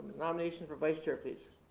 nominations for vice chair, please?